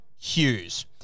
Hughes